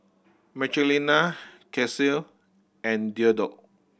Michelina Kelsey and Theodore